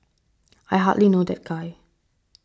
I hardly know that guy